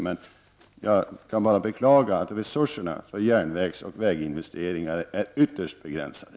Men jag kan bara beklaga att resurserna för järnvägsoch väginvesteringar är ytterst begränsade.